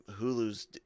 Hulu's